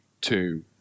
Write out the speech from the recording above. two